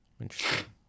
Interesting